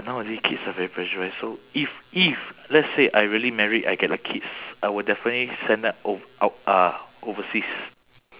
but nowadays kids are very pressurised so if if let's say I really married I get a kids I will definitely send them o~ out uh overseas